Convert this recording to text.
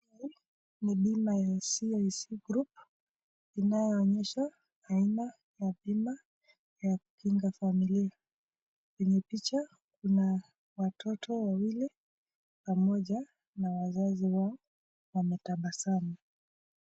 Hii ni bima ya " CIC group" inayoonyesha aina ya bima ya kukinga familia . Kwenye picha kuna watoto wawili pamoja na wazazi wao wametabasamu.